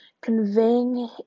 conveying